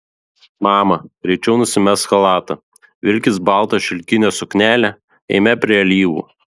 mama greičiau nusimesk chalatą vilkis baltą šilkinę suknelę eime prie alyvų